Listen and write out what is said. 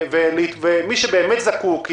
ומי שבאמת זקוק ילדים,